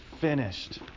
finished